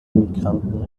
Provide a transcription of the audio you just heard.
immigranten